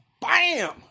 bam